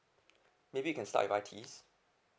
maybe you can start with I_T_E